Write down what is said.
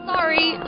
Sorry